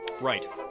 Right